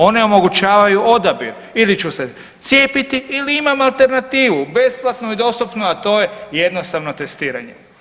One omogućavaju odabir ili ću se cijepiti ili imam alternativu besplatno i dostupno, a to je jednostavno testiranje.